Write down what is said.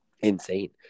insane